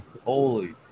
Holy